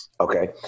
Okay